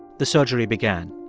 the surgery began.